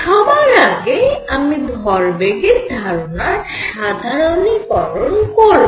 সবার আগে আমি ভরবেগের ধারণার সাধারণীকরণ করব